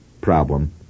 problem